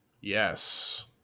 yes